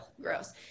gross